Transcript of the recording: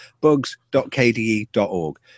bugs.kde.org